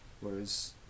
Whereas